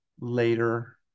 later